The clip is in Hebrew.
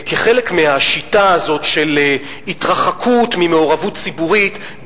כחלק מהשיטה הזאת של התרחקות ממעורבות ציבורית,